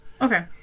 Okay